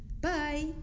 bye